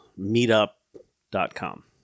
meetup.com